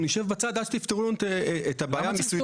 ישבו בצד עד שיפתרו להם את בעיית המס.